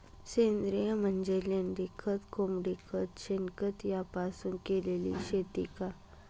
सेंद्रिय म्हणजे लेंडीखत, कोंबडीखत, शेणखत यापासून केलेली शेती का?